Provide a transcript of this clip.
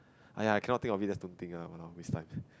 !aiya! cannot think of it just don't think lah !walao! waste time